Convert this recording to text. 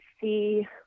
see